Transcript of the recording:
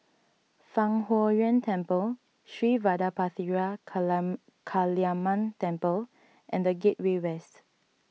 Fang Huo Yuan Temple Sri Vadapathira Kalam Kaliamman Temple and the Gateway West